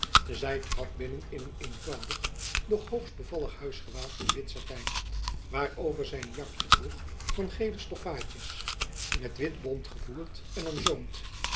zy trad binnen in een eenvoudig doch hoogst bevallig huisgewaad van wit satijn waarover zy een jakjen droeg van geele stoffaadje met wit bont gevoerd en omzoomd